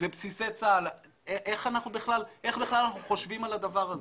ובסיסי צה"ל, איך בכלל אנחנו חושבים על הדבר הזה?